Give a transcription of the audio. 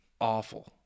awful